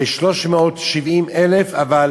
370,000, אבל